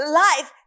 life